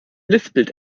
lispelt